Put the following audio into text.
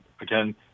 again